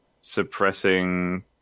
suppressing